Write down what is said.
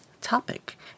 topic